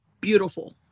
beautiful